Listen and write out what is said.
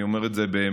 אני אומר את זה באמת,